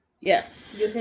Yes